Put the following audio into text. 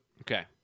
Okay